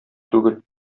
түгел